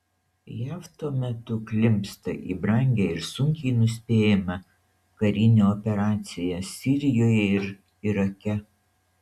jav tuo metu klimpsta į brangią ir sunkiai nuspėjamą karinę operaciją sirijoje ir irake